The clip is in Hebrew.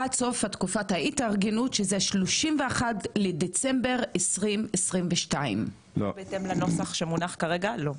עד סוף תקופת ההתארגנות שזה 31 לדצמבר 2022. בהתאם לנוסח שמונח כרגע לא,